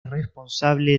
responsable